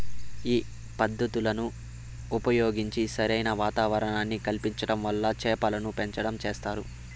ఈ పద్ధతులను ఉపయోగించి సరైన వాతావరణాన్ని కల్పించటం వల్ల చేపలను పెంచటం చేస్తారు